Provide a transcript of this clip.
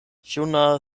juna